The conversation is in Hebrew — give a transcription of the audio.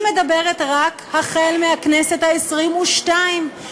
היא מדברת רק החל מהכנסת העשרים-ושתיים,